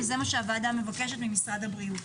וזה מה שהוועדה מבקשת ממשרד הבריאות.